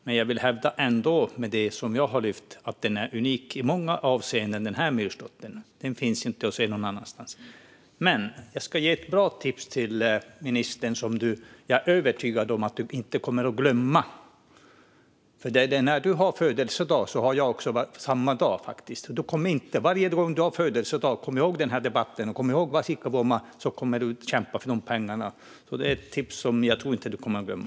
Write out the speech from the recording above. Men jag vill ändå hävda att den myrslåtter som har jag lyft fram är unik i många avseenden. Den finns inte att se någon annanstans. Men jag ska ge ett bra tips till ministern, som jag är övertygad om att du inte kommer att glömma. När du har födelsedag har jag det också på samma dag. Kom ihåg den här debatten och Vasikkavuoma varje gång du har födelsedag, så kommer du att kämpa för pengarna! Det är ett tips som jag tror att du inte kommer att glömma.